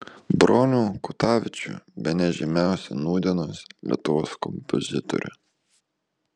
bronių kutavičių bene žymiausią nūdienos lietuvos kompozitorių